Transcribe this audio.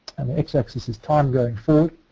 x axis is time going forward.